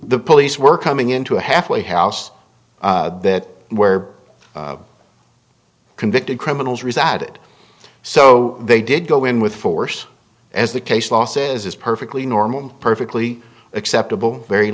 the police were coming into a halfway house that where convicted criminals are is at it so they did go in with force as the case law says is perfectly normal perfectly acceptable very